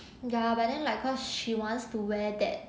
ya but then like cause she wants to wear that